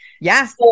Yes